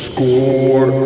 Score